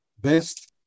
best